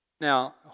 Now